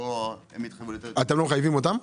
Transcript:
אתה לא מחייב אותם?